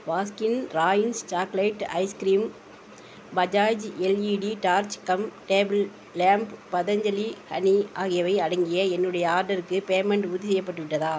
Baskin Robbins chocolate ice cream Bajaj LED torch cum table lamp Patanjali honey ஆகியவை அடங்கிய என்னுடைய ஆர்டர்க்கு பேமெண்ட் உறுதிசெய்யப்பட்டு விட்டதா